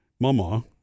Mama